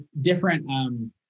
different